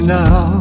now